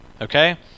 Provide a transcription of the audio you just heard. Okay